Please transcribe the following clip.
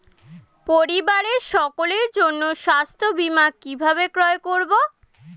পরিবারের সকলের জন্য স্বাস্থ্য বীমা কিভাবে ক্রয় করব?